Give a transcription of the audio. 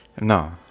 No